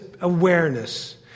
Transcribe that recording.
awareness